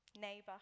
neighbor